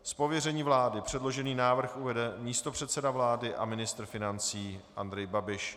Z pověření vlády předložený návrh uvede místopředseda vlády a ministr financí Andrej Babiš.